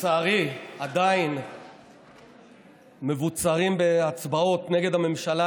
שלצערי עדיין מבוצרים בהצבעות נגד הממשלה: